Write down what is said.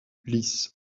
ulysse